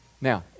now